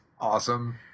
Awesome